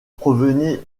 provenaient